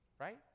right